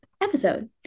episode